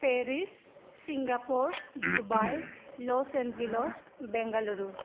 Paris Singapore Dubai Los Angeles Bengaluru